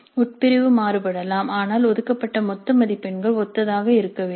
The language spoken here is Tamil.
உட்பிரிவு மாறுபடலாம் ஆனால் ஒதுக்கப்பட்ட மொத்த மதிப்பெண்கள் ஒத்ததாக இருக்க வேண்டும்